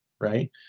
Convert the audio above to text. right